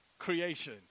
creation